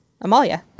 Amalia